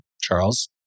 Charles